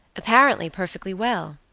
apparently perfectly well.